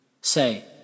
Say